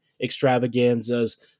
extravaganzas